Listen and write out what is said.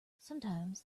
sometimes